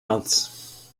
months